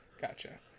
gotcha